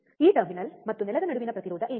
ಈ ಟರ್ಮಿನಲ್ ಮತ್ತು ಗ್ರೌಂಡ್ ನ ನಡುವಿನ ಪ್ರತಿರೋಧ ಏನು